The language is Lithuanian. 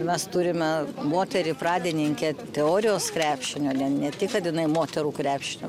mes turime moterį pradininkę teorijos krepšio ne ne tik ne tik kad jinai moterų krepšinio